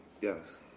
Yes